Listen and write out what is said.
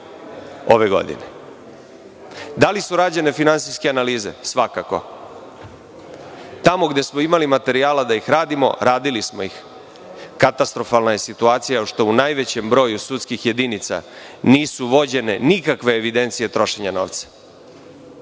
ove godine. Da li su rađene finansijske analize? Svakako. Tamo gde smo imali materijala da ih radimo radili smo ih. Katastrofalna je situacija što u najvećem broju sudskih jedinica nisu vođene nikakve evidencije trošenja novca